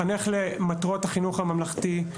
לחנך על פי מטרות החינוך הממלכתי,